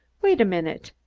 wait a minute,